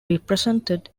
represented